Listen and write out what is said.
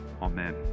amen